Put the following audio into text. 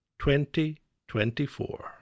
2024